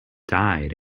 died